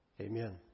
Amen